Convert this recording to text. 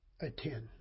attend